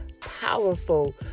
powerful